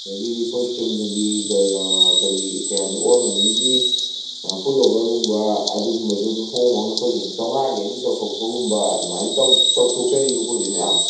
ꯑꯗꯒꯤꯗꯤ ꯑꯩꯈꯣꯏ ꯆꯨꯝꯅꯒꯤ ꯑꯩꯈꯣꯏꯒꯤ ꯀꯔꯤ ꯍꯥꯏꯅꯤ ꯑꯣꯜ ꯃꯅꯤꯒꯤ ꯄꯨꯜ ꯑꯣꯚꯔꯒꯨꯝꯕ ꯑꯗꯨꯒꯨꯝꯕꯁꯨ ꯑꯗꯨꯝ ꯍꯣꯡ ꯍꯣꯡꯅ ꯑꯩꯈꯣꯏ ꯆꯥꯝꯃꯉꯥꯒꯤ ꯑꯅꯤ ꯇꯧꯊꯣꯛꯄꯒꯨꯝꯕ ꯑꯗꯨꯃꯥꯏꯅ ꯇꯧꯊꯣꯛꯆꯔꯤꯕꯀꯣ ꯍꯧꯖꯤꯛ ꯃꯌꯥꯝ